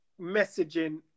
messaging